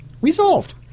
Resolved